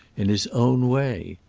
in his own way.